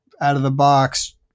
out-of-the-box